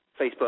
Facebook